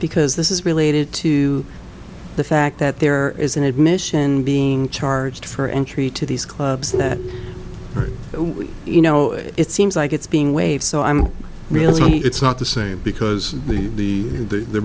because this is related to the fact that there is an admission being charged for entry to these clubs that we you know it seems like it's being waived so i'm really it's not the same because the the the